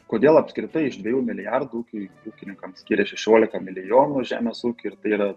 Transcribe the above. kodėl apskritai iš dviejų milijardų kai ūkininkams skyrė šešioliką milijonų žemės ūkiui ir tai yra